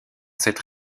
cette